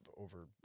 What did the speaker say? over